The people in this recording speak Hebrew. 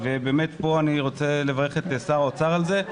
ובאמת פה אני רוצה לברך את שר האוצר על זה,